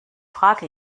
frage